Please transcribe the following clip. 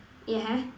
yeah